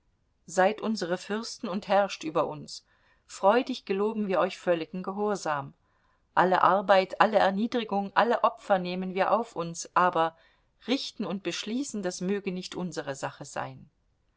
seid unsere fürsten und herrscht über uns freudig geloben wir euch völligen gehorsam alle arbeit alle erniedrigung alle opfer nehmen wir auf uns aber richten und beschließen das möge nicht unsere sache sein